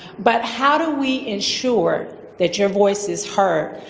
but how do we ensure that your voice is heard?